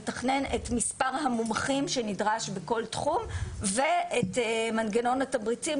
לתכנן את מספר המומחים שנדרש בכל תחום ואת מנגנון התמריצים,